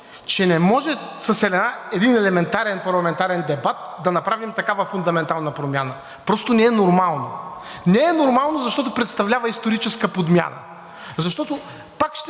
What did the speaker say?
че не може с един елементарен парламентарен дебат да направим такава фундаментална промяна – просто не е нормално. Не е нормално, защото представлява историческа подмяна, защото, пак ще